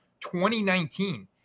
2019